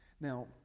Now